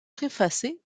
préfacé